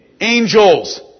angels